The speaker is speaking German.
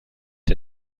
der